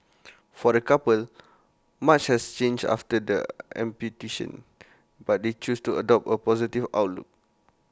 for the couple much has changed after the amputation but they choose to adopt A positive outlook